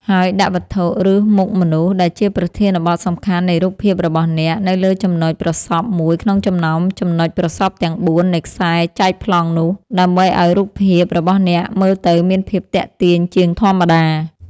ហើយដាក់វត្ថុ ឬមុខមនុស្ស ដែលជាប្រធានបទសំខាន់នៃរូបភាពរបស់អ្នក នៅលើចំណុចប្រសព្វមួយក្នុងចំណោមចំណុចប្រសព្វទាំងបួននៃខ្សែចែកប្លង់នោះ ដើម្បីឱ្យរូបភាពរបស់អ្នកមើលទៅមានភាពទាក់ទាញជាងធម្មតា។